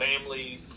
family